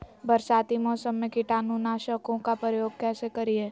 बरसाती मौसम में कीटाणु नाशक ओं का प्रयोग कैसे करिये?